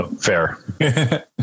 Fair